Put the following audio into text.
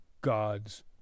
God's